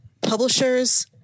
publishers